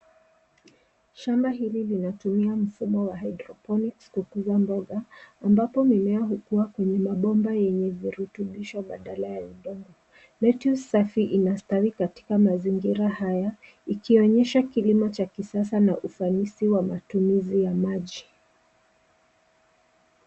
Shamba hili linatumia mfumo wa hydrophonics kukuza mboga, ambapo mimea hukua kwenye mabomba yenye virutubisho badala ya udongo. Lettuce safi inastawi katika mazingira haya, ikionyesha kilimo cha kisasa na ufanisi wa matumizi ya maji.